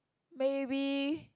maybe